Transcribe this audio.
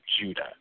Judah